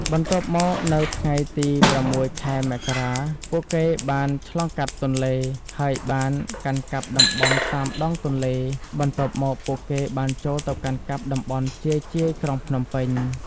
បន្ទាប់មកនៅថ្ងៃទី ០៦ ខែ មករា ពួកគេបានឆ្លងកាត់ទន្លេ ហើយបានកាន់កាប់តំបន់តាមដងទន្លេ បន្ទាប់មកពួកគេបានចូលទៅកាន់កាប់តំបន់ជាយៗក្រុងភ្នំពេញ។